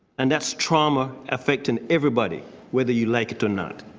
and that's trauma affecting everybody whether you like it or not.